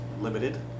limited